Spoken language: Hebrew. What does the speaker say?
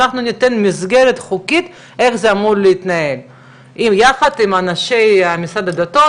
אנחנו ניתן מסגרת חוקית איך זה אמור להתנהל יחד עם אנשי משרד הדתות,